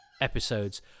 episodes